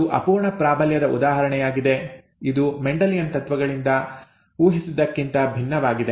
ಇದು ಅಪೂರ್ಣ ಪ್ರಾಬಲ್ಯದ ಉದಾಹರಣೆಯಾಗಿದೆ ಇದು ಮೆಂಡೆಲಿಯನ್ ತತ್ವಗಳಿಂದ ಊಹಿಸಿದ್ದಕ್ಕಿಂತ ಭಿನ್ನವಾಗಿದೆ